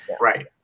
Right